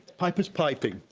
pipers piping.